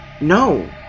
No